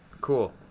cool